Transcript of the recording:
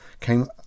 came